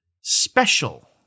special